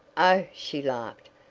oh, she laughed,